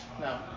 No